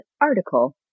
article